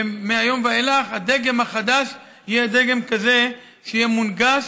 ומהיום ואילך הדגם החדש יהיה דגם כזה שיהיה מונגש,